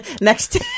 next